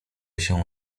się